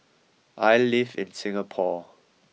I live in Singapore